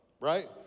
right